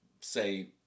say